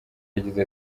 yagize